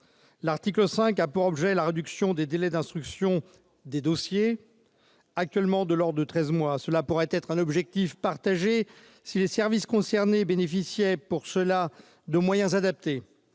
L'article 5 a pour objet la réduction des délais d'instruction des dossiers, actuellement de l'ordre de treize mois. Cet objectif pourrait être partagé, si les services concernés bénéficiaient pour cela de moyens adaptés.